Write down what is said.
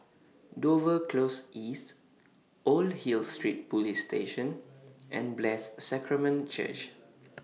Dover Close East Old Hill Street Police Station and Blessed Sacrament Church